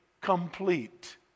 complete